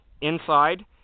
inside